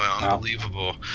unbelievable